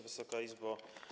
Wysoka Izbo!